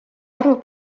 arvu